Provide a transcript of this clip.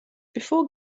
before